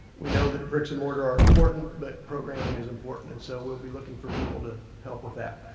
we know that bricks and mortar are important, but programming is important, and so we'll be looking for people to help with that.